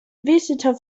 visitor